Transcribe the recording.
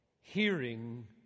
hearing